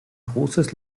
großes